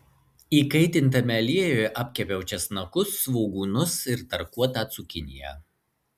įkaitintame aliejuje apkepiau česnakus svogūnus ir tarkuotą cukiniją